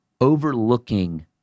Overlooking